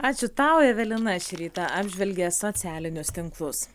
ačiū tau evelina šį rytą apžvelgė socialinius tinklus